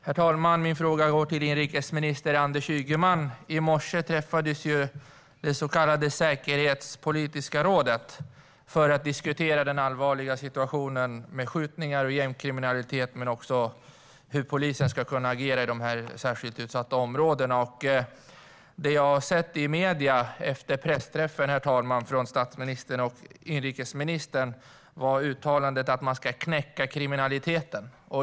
Herr talman! Min fråga går till inrikesminister Anders Ygeman. I morse träffades det så kallade säkerhetspolitiska rådet för att diskutera den allvarliga situationen med skjutningar och gängkriminalitet samt hur polisen ska kunna agera i de särskilt utsatta områdena. Det jag har sett i medierna efter pressträffen med statsministern och inrikesministern, herr talman, är uttalandet att man ska knäcka kriminaliteten.